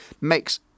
makes